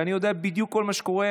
ואני יודע בדיוק כל מה שקורה.